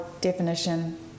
definition